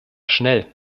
schnell